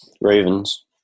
Ravens